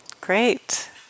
Great